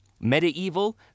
Medieval